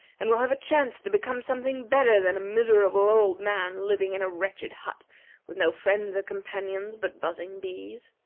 and will have a chance to become something better than a miserable old man living in a wretched hut with no friends or companions but buzzing bees.